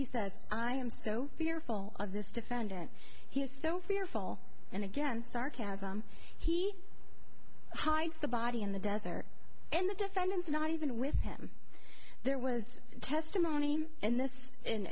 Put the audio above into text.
he says i am so fearful of this defendant he was so fearful and again sarcasm he hides the body in the desert and the defendant is not even with him there was testimony and this and